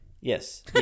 yes